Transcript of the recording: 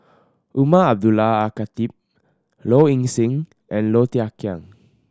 Umar Abdullah Al Khatib Low Ing Sing and Low Thia Khiang